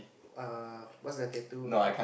err what's that tattoo